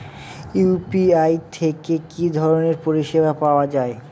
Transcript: UPI থেকে কি ধরণের পরিষেবা পাওয়া য়ায়?